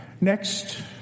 Next